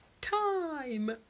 time